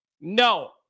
No